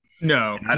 No